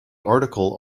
article